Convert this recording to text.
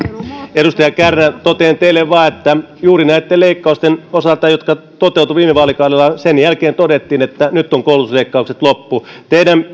edustaja kärnä totean teille vain että juuri näitten leikkausten jälkeen jotka toteutuivat viime vaalikaudella todettiin että nyt ovat koulutusleikkaukset loppu teidän